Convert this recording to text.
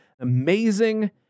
amazing